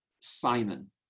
Simon